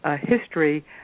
history